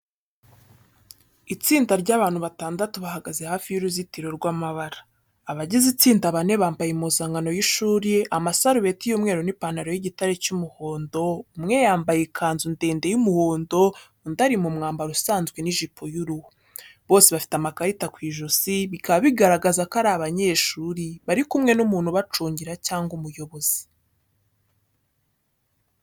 Itsinda ry’abantu batandatu bahagaze hafi y’uruzitiro rw’amabara . Abagize itsinda bane bambaye impuzankano y’ishuri amasarubeti y’umweru n’ipantalo y’igitare cy’umuhondo, umwe yambaye ikanzu ndende y’umuhondo, undi umwe ari mu mwambaro usanzwe n’ijipo y’uruhu. Bose bafite amakarita ku ijosi, bikaba bigaragaza ko ari abanyeshuri bari kumwe n’umuntu ubacungira cyangwa umuyobozi.